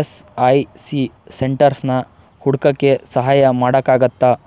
S I C ಸೆಂಟರ್ಸ್ನ ಹುಡುಕಕ್ಕೆ ಸಹಾಯ ಮಾಡಕ್ಕಾಗತ್ತಾ